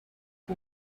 who